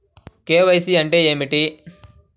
KYC అంటే ఏమి?